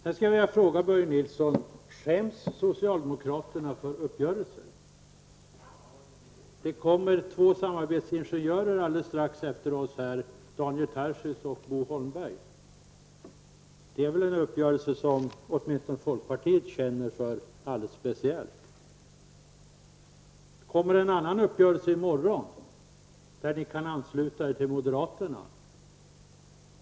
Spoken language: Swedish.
Sedan skulle jag vilja fråga Börje Nilsson: Skäms socialdemokraterna för uppgörelser? Efter oss kommer två samarbetsingenjörer upp i talarstolen, nämligen Daniel Tarschys och Bo Holmberg. Det gäller en uppgörelse som åtminstone folkpartiet känner alldeles speciellt för. I morgon kommer en annan uppgörelse, där ni kan ansluta er till moderaterna.